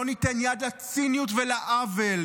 לא ניתן יד לציניות ולעוול.